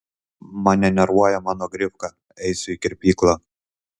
mane nervuoja mano grifka eisiu į kirpyklą